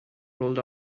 rolled